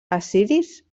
assiris